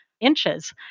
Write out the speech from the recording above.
inches